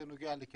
זה נוגע לכלכלה,